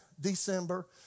December